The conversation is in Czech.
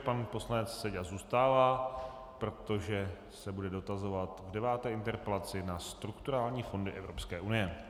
Pan poslanec Seďa zůstává, protože se bude dotazovat v deváté interpelaci na strukturální fondy Evropské unie.